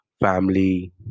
family